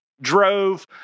drove